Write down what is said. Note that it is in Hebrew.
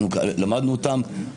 למדנו אותן,